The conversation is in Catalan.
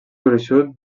gruixut